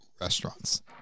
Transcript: restaurants